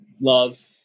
Love